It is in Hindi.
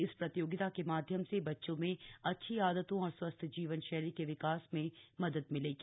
इस प्रतियोगिता के माध्यम से बच्चों में अच्छी आदतों और स्वस्थ जीवन श्री के विकास में मदद मिलेगी